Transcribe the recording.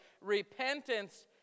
repentance